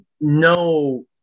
No